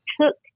took